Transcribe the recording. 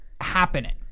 happening